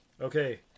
Okay